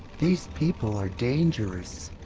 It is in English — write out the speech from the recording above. these people are dangerous.